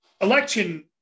election